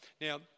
now